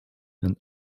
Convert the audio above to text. and